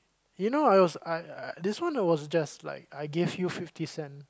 you know I was I I this one I was just like I give you fifty cent